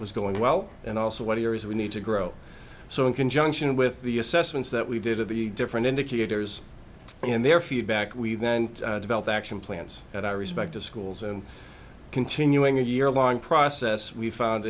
was going well and also what here is we need to grow so in conjunction with the assessments that we did of the different indicators in their feedback we then developed action plans at our respective schools and continuing a year long process we found